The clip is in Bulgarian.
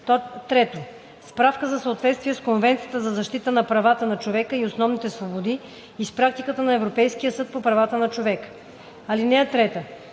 3. справка за съответствието с Конвенцията за защита на правата на човека и основните свободи и с практиката на Европейския съд по правата на човека. (3) Когато